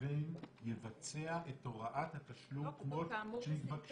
לבין יבצע את הוראת התשלום כמו שהתבקשה.